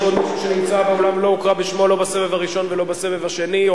יש עוד מישהו שנמצא באולם ולא הוקרא שמו לא בסבב הראשון ולא בסבב השני?